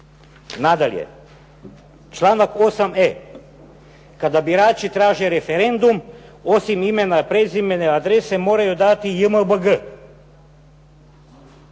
Nadalje, članak 8.e, kada birači traže referendum osim imena, prezimena i adrese moraju davati i